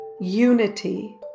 Unity